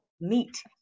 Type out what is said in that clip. meet